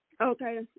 Okay